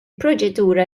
proċedura